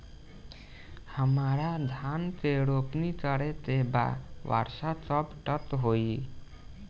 हमरा धान के रोपनी करे के बा वर्षा कब तक होई?